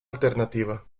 alternativa